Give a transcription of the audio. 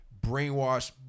brainwashed